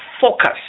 focus